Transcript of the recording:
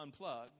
unplug